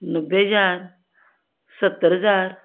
ਨੱਬੇ ਹਜ਼ਾਰ ਸੱਤਰ ਹਜ਼ਾਰ